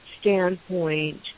standpoint